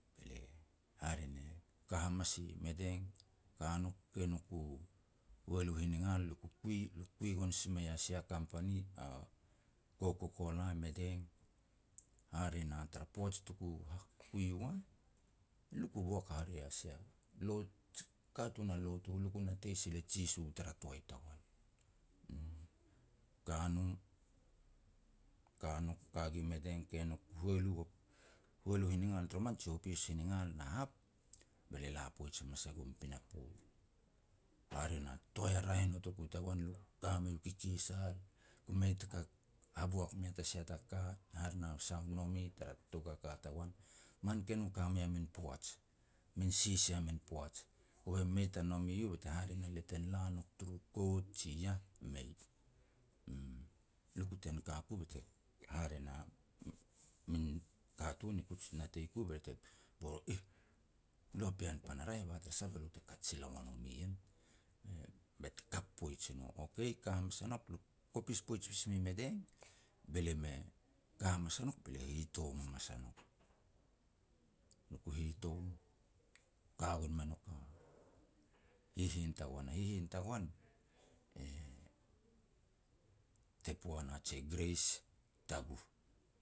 be lia, hare ne ka hamas i Madang ka nouk kei nouk u hualu hiningal luku kui. Luku kui gon si mei a sia company, a Coke-a-Cola Madang. Hare na tara poaj tuku kui uan, luku boak hare a sia lot katun a lotu, lia ku natei sin e Jisu tara toai tagoan, uum. Ka no, ka nouk ka gi Madang, kei nouk u hualu hualu hiningal toroman je u hopis u hiningal na hap, be lia la poaj hamas a gum pinapo. Hare na toai a raeh notoku tagoan, lia ku ka mei kikisal, ku mei taka haboak mea ta sia ta ka, hare na, sah u nome tar tou kaka tagoan. Man ke no ka mei a min poaj, min sisia min poaj, kove mei ta nome u bete hare na le ten la nouk turu kout ji yah, mei, uum. Le ku ten ka ku bet e hare na, min katun e kuij natei ku be te bor or, "Iih, lu a pean pan a raeh ba tara sah be lo te kat sila ua nom ien", be te kap poij i no. Okay, ka hamas a nouk luk kopis poij pas mi Madang, be lia me ka hamas a nouk, be lia hitom hamas a nouk. Lia ku hitom, ka gon me nouk a hihin tagoan. A hihin tagoan e Tepoaka, je Greis Taguh.